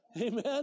Amen